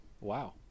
Wow